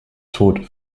tod